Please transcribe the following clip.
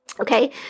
okay